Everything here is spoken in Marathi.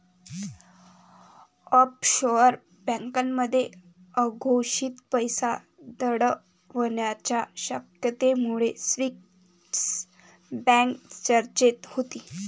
ऑफशोअर बँकांमध्ये अघोषित पैसा दडवण्याच्या शक्यतेमुळे स्विस बँक चर्चेत होती